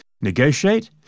Negotiate